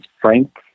Frank